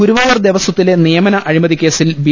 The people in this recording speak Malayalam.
ഗുരുവായൂർ ദേവസ്ഥത്തിലെ നിയമന അഴിമതിക്കേസിൽ ബി